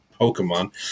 Pokemon